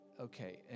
okay